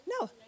no